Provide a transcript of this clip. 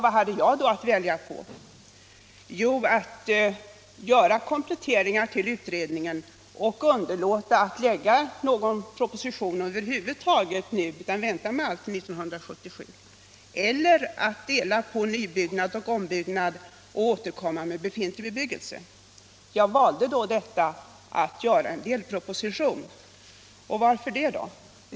Vad hade jag då att välja på? Jo, antingen att göra kompletteringar till utredningen, alltså underlåta att över huvud taget lägga någon proposition nu utan vänta till 1977, eller att dela på nybyggnad och ombyggnad och återkomma beträffande befintlig bebyggelse. Jag valde att framlägga en delproposition. Varför det?